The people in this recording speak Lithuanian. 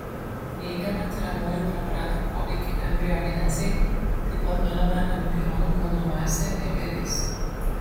neigiamą tiriamųjų preparatų poveikį embriogenezei taip pat nulemia embrionų kūno masė ir ilgis